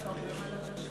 יש הרבה מה להשיב.